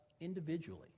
individually